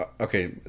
Okay